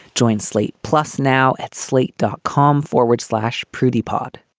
joint slate plus now at slate, dot com forward slash prudy pod